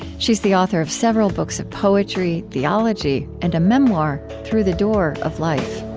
she's the author of several books of poetry, theology and a memoir, through the door of life